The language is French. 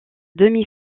demi